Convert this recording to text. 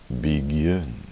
begin